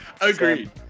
Agreed